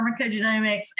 pharmacogenomics